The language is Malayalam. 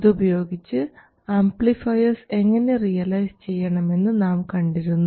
ഇതുപയോഗിച്ച് ആംപ്ലിഫയർസ് എങ്ങനെ റിയലൈസ് ചെയ്യണമെന്ന് നാം കണ്ടിരുന്നു